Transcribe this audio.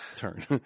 turn